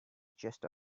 chest